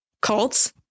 cults